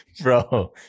Bro